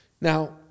Now